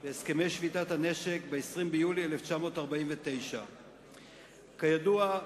בהסכמי שביתת הנשק ב-20 ביולי 1949. כידוע,